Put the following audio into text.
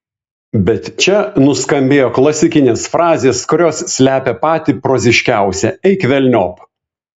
bet čia nuskambėjo klasikinės frazės kurios slepia patį proziškiausią eik velniop